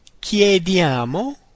chiediamo